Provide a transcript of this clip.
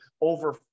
over